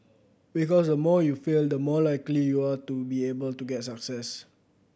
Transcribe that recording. because the more you fail the more likely you are to be able to get success